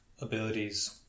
abilities